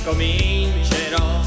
Comincerò